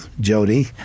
Jody